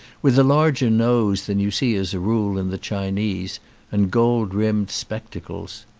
with a larger nose than you see as a rule in the chinese and gold rimmed spectacles.